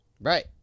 right